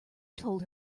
told